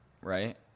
right